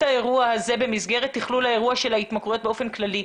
האירוע הזה במסגרת תכלול האירוע של ההתמכרויות באופן כללי.